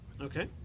Okay